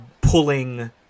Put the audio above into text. pulling